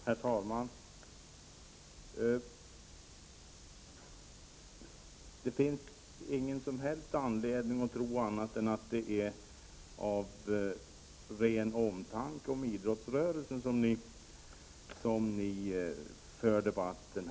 Herr talman! Det finns ingen som helst anledning att tro annat än att det är av ren omtanke om idrottsrörelsen som ni för den här debatten.